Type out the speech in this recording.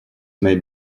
may